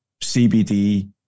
CBD